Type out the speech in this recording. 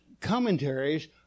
commentaries